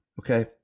okay